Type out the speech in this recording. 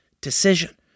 decision